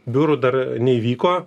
biurų dar neįvyko